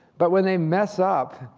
but when they mess up,